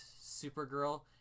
Supergirl